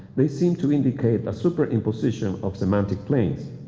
they seem to indicate a super imposition of semantic planes.